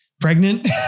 pregnant